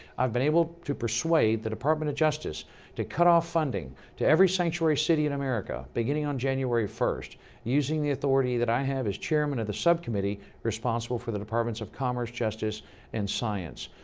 i've been able to persuade the department of justice to cut off funding to every sanctuary city in america beginning on january first using the authority that i have as chairman of the subcommittee responsible for the departments of commerce, justice and science.